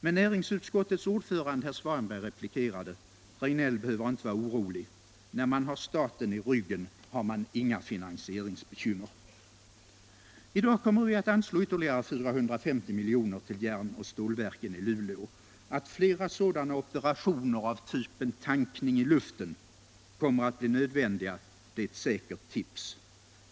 Men näringsutskottets ordförande, herr Svanberg, replikerade: Regnéll behöver inte vara orolig — när man har staten bakom ryggen har man inga finansieringsbekymmer. I dag kommer vi att anslå ytterligare 450 miljoner till järnoch stålverken i Luleå. Allt flera sådana operationer av typen tankning i luften kommer att bli nödvändiga — det är ett säkert tips.